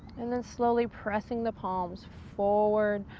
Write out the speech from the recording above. and then slowly, pressing the palms forward,